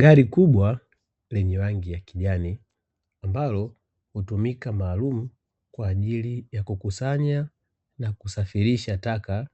Gari kubwa lenye rangi ya kijani ambalo hutumika maalumu kwa ajili ya kukusanya na kusafirisha taka,